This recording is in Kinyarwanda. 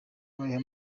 habayeho